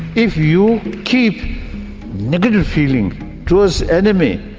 if you keep negative feeling towards enemy,